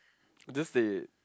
just say it